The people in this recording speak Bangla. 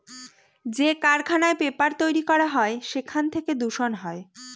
যে কারখানায় পেপার তৈরী করা হয় সেখান থেকে দূষণ হয়